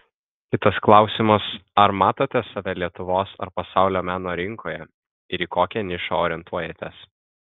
kitas klausimas ar matote save lietuvos ar pasaulio meno rinkoje ir į kokią nišą orientuojatės